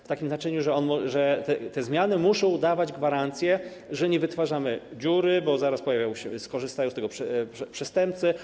W takim znaczeniu, że te zmiany muszą dawać gwarancję, że nie wytwarzamy dziury, bo zaraz pojawią się i skorzystają z tego przestępcy.